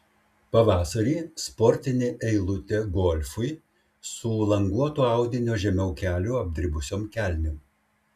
pavasarį sportinė eilutė golfui su languoto audinio žemiau kelių apdribusiom kelnėm